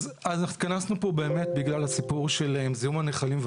התכנסנו פה באמת בגלל הסיפור של זיהום הנחלים,